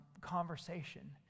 conversation